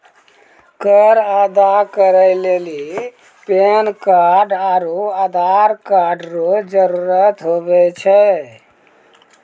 कर अदा करै लेली पैन कार्ड आरू आधार कार्ड रो जरूत हुवै छै